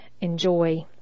enjoy